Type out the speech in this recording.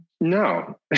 No